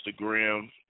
Instagram